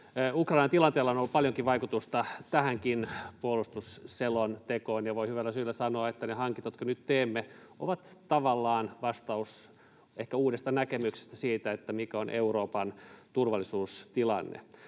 Ukrainan tilanteella on ollut paljonkin vaikutusta tähänkin puolustusselontekoon, ja voi hyvällä syyllä sanoa, että ne hankinnat, jotka nyt teemme, ovat tavallaan vastaus ehkä uuteen näkemykseen siitä, mikä on Euroopan turvallisuustilanne.